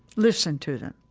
listen to them,